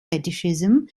fetishism